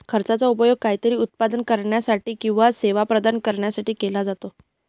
खर्चाचा उपयोग काहीतरी उत्पादन करण्यासाठी किंवा सेवा प्रदान करण्यासाठी केला जातो